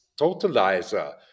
totalizer